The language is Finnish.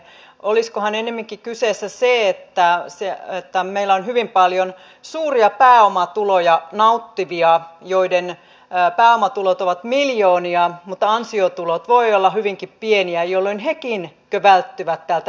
olisikohan ennemminkin kyseessä se että meillä on hyvin paljon suuria pääomatuloja nauttivia joiden pääomatulot ovat miljoonia mutta ansiotulot voivat olla hyvinkin pieniä jolloin hekin välttyvät tältä yle verolta